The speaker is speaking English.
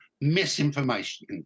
misinformation